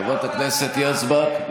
בבקשה, חברת הכנסת יזבק.